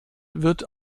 wird